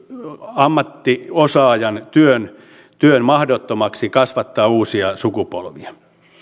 ammattiosaajan työn työn mahdottomaksi kasvattaa uusia sukupolvia